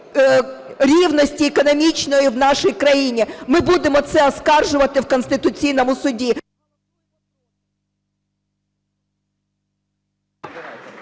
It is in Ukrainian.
рівності економічної в нашій країні. Ми будемо це оскаржувати в Конституційному Суді.